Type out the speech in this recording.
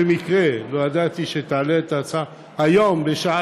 במקרה לא ידעתי שתעלה את ההצעה, היום בשעה